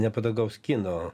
nepatogaus kino